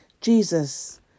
Jesus